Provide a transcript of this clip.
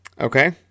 Okay